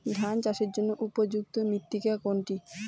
ধান চাষের জন্য উপযুক্ত মৃত্তিকা কোনটি?